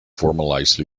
formalize